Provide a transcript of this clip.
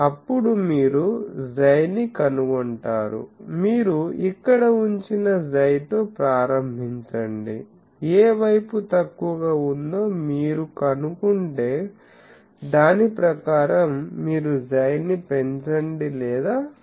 అప్పుడు మీరు 𝝌 ని కనుగొంటారు మీరు ఇక్కడ ఉంచిన 𝝌 తో ప్రారంభించండి ఏ వైపు తక్కువగా ఉందో మీరు కనుగొంటె దాని ప్రకారం మీరు 𝝌 ని పెంచండి లేదా తగ్గించండి